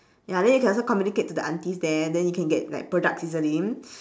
ya then you can also communicate to the aunties there then you can get like products easily